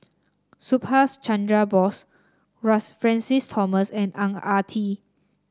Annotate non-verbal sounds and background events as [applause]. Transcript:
Subhas Chandra Bose [unintelligible] Francis Thomas and Ang Ah Tee